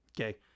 Okay